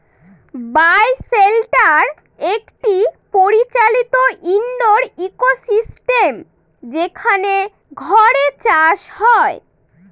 বায় shelter একটি পরিচালিত indoor ecosystem যেখানে ঘরে চাষ হয়